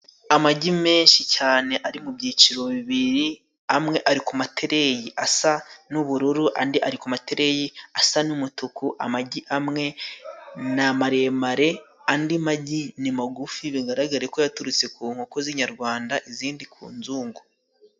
Amagi menshi cyane ari mu byiciro bibiri amwe ari kumatereyi asa n'ubururu andi ari ku matereyi asa n'umutuku. Amagi amwe ni amaremare andi magi ni magufi bigaragare ko yaturutse ku nkoko z'inyarwanda izindi ku nzungu.